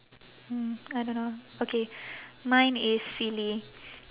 hmm I don't know okay mine is silly